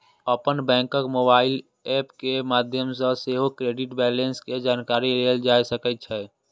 अपन बैंकक mobile app के माध्यम सं सेहो क्रेडिट बैंलेंस के जानकारी लेल जा सकै छै